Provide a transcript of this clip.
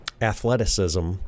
athleticism